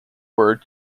word